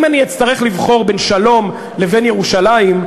אם אני אצטרך לבחור בין שלום לבין ירושלים,